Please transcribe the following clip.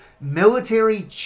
military